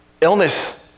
illness